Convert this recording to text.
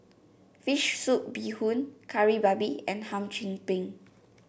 fish soup Bee Hoon Kari Babi and Hum Chim Peng